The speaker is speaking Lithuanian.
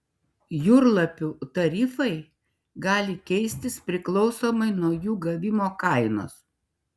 jūrlapių tarifai gali keistis priklausomai nuo jų gavimo kainos